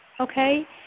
okay